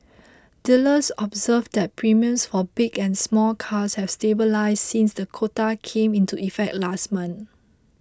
dealers observed that premiums for big and small cars have stabilised since the quota came into effect last month